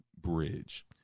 bridge